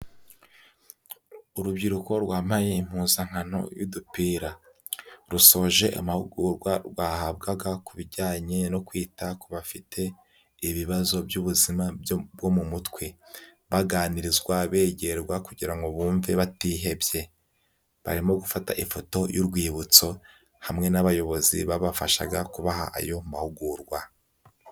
Urubyiruko rwambaye impuzankano y'udupira, rusoje amahugurwa bahabwaga ku bijyanye no kwita ku bafite ibibazo by'ubuzima bwo mu mutwe, baganirizwa begerwa, kugira ngo bumve batihebye, barimo gufata ifoto y'urwibutso hamwe n'abayobozi babafashaga kubaha ayo mahugurwa.